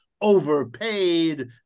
overpaid